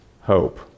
hope